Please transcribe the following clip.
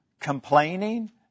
complaining